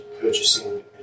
purchasing